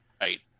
right